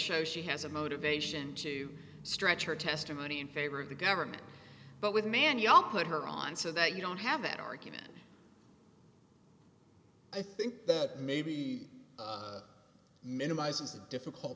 show she has a motivation to stretch her testimony in favor of the government but with man y'all put her on so that you don't have an argument i think that maybe minimizes the difficult